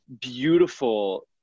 beautiful